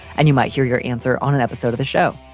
and you might hear your answer on an episode of the show.